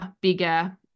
bigger